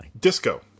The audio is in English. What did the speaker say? Disco